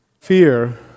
Fear